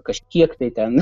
kažkiek tai ten